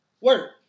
work